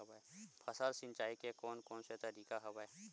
फसल सिंचाई के कोन कोन से तरीका हवय?